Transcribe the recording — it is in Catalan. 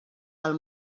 del